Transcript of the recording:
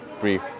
brief